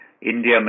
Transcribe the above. India